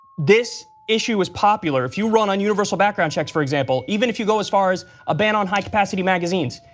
this issue is popular. if you run on universal background checks, for example, even if you go as far as a ban on high-capacity magazines,